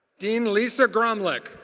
dean lisa graumlich,